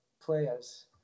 players